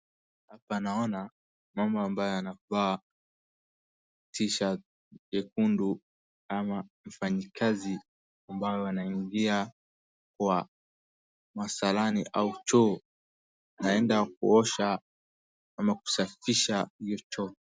Hapa naona mama ambae anavaa t-shirt [ cs] nyekundu ama mfanyikazi ambae anaingia kwa msalani au choo anaenda kuosha au kusafisha hio choo .